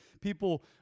people